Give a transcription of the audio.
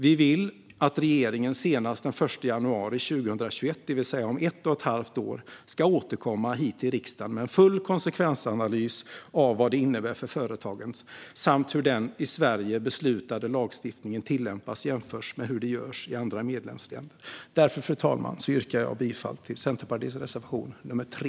Vi vill att regeringen senast den 1 januari 2021, det vill säga om ett och ett halvt år, ska återkomma till riksdagen med en full konsekvensanalys i fråga om vad detta innebär för företagen och hur den i Sverige beslutade lagstiftningen tillämpas jämfört med hur det görs i andra medlemsländer. Därför, fru talman, yrkar jag bifall till Centerpartiets reservation nr 3.